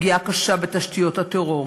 פגיעה קשה בתשתיות הטרור,